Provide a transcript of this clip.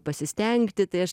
pasistengti tai aš